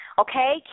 okay